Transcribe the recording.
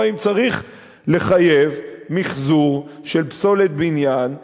או האם צריך לחייב מיחזור של פסולת בניין,